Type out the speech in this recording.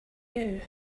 you